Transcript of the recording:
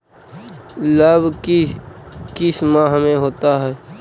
लव की किस माह में होता है?